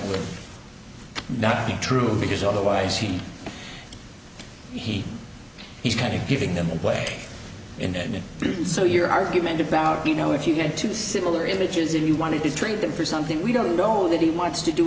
e not true because otherwise he he he's kind of giving them away in britain so your argument about you know if you get to the similar images and you want to treat them for something we don't know that he wants to do